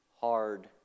hard